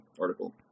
article